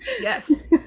yes